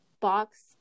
box